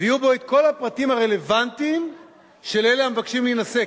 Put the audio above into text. ויהיו בו כל הפרטים הרלוונטיים של אלה המבקשים להינשא,